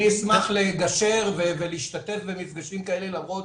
אני אשמח לגשר ולהשתתף במפגשים כאלה למרות